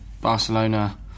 Barcelona